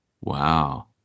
Wow